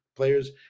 players